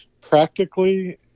Practically